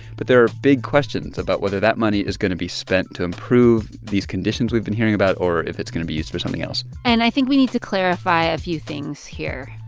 but there are big questions about whether that money is going to be spent to improve these conditions we've been hearing about or if it's going to be used for something else and i think we need to clarify a few things here.